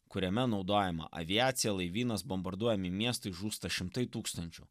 kuriame naudojama aviacija laivynas bombarduojami miestai žūsta šimtai tūkstančių